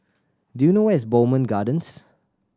do you know where is Bowmont Gardens